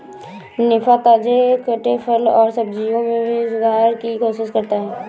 निफा, ताजे कटे फल और सब्जियों में भी सुधार की कोशिश करता है